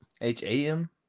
H-A-M